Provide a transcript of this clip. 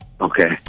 Okay